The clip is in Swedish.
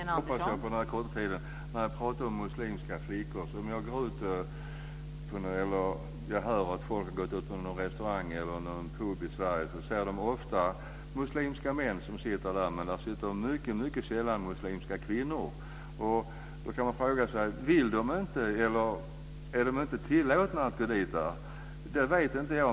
Fru talman! Jag hoppas att jag kan ge det på den korta tiden. Jag pratade om muslimska flickor. Jag har hört att folk som går på restaurang eller pub i Sverige ofta ser muslimska män som sitter där men mycket sällan muslimska kvinnor. Då kan man fråga sig: Vill de inte gå dit, eller är de inte tillåtna att gå dit? Jag vet inte.